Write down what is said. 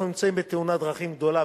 אנחנו נמצאים בתאונת דרכים גדולה,